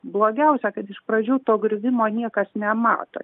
blogiausia kad iš pradžių to griuvimo niekas nemato